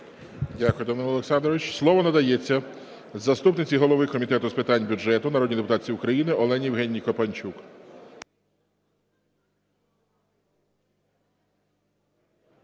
Дякую, Данило Олександрович. Слово надається заступниці голови Комітету з питань бюджету, народній депутатці України Олені Євгенівні Копанчук.